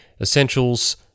Essentials